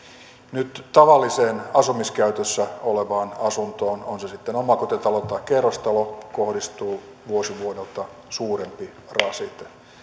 nyt tavalliseen asumiskäytössä olevaan asuntoon on se sitten omakotitalo tai kerrostalo kohdistuu vuosi vuodelta suurempi rasite